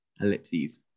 ellipses